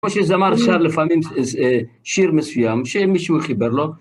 כמו שזמר שר לפעמים שיר מסוים, שמישהו חיבר לו.